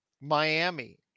Miami